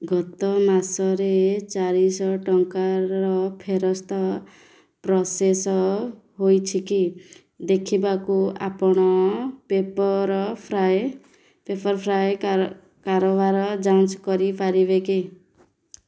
ଗତ ମାସରେ ଚାରିଶହ ଟଙ୍କାର ଫେରସ୍ତ ପ୍ରସେସ ହୋଇଛି କି ଦେଖିବାକୁ ଆପଣ ପେପର୍ ଫ୍ରାଏ ପେପର୍ ଫ୍ରାଏ କାର କାରବାର ଯାଞ୍ଚ କରିପାରିବେ କି